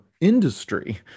industry